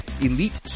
Elite